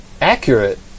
accurate